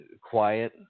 quiet